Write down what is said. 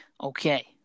Okay